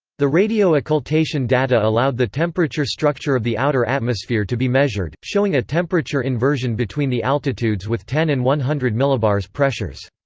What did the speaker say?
the radio occultation data allowed the temperature structure of the outer atmosphere to be measured, showing a temperature inversion between the altitudes with ten and one hundred mbar pressures.